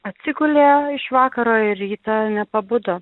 atsigulė iš vakaro ir rytą nepabudo